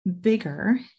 bigger